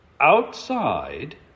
outside